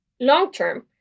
long-term